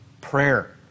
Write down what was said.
prayer